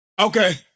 Okay